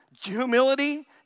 humility